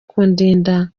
kundinda